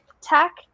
tech